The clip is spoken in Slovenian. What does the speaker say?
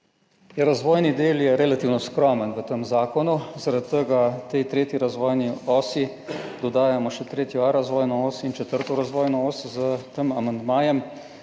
Razvojni del je relativno skromen v tem zakonu, zaradi tega tej 3. razvojni osi dodajamo še 3.a razvojno os in 4. razvojno os. s tem amandmajem.